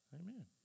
Amen